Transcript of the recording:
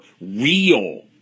real